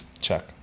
Check